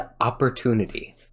opportunity